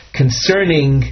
concerning